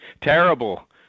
Terrible